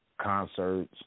concerts